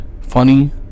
funny